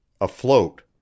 Afloat